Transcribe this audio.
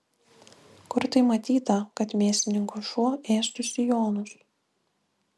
kur tai matyta kad mėsininko šuo ėstų sijonus